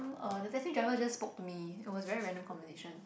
uh the taxi driver just spoke to me it was very random conversation